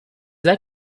that